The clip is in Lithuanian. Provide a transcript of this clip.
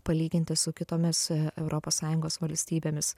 palyginti su kitomis europos sąjungos valstybėmis